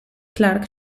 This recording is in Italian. clarke